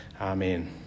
Amen